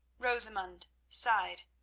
rosamund sighed.